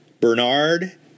Bernard